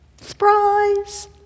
Surprise